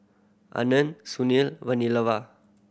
Anand Sunil